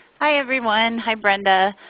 hi everyone hi brenda.